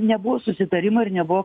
nebuvo susitarimo ir nebuvo